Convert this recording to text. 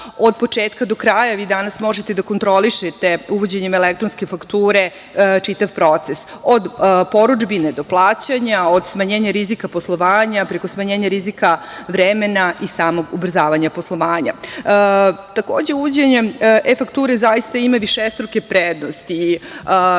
od početka do kraja. Vi danas možete da kontrolišete uvođenjem elektronske fakture čitav proces od porudžbine do plaćanja, o smanjenja rizika poslovanja preko smanjenja rizika vremena i samog ubrzavanja poslovanja. Takođe, uvođenjem e-fakture zaista ima višestruke prednosti,